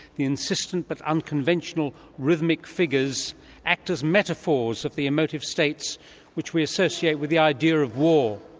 the insistent but unconventional rhythmic figures act as metaphors of the emotive states which we associate with the idea of war.